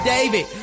David